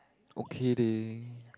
okay leh